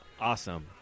awesome